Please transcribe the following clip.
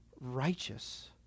righteous